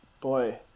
Boy